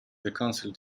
reconcile